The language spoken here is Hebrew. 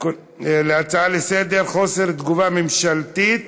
ההצעות לסדר-היום בנושא: חוסר תגובה ממשלתית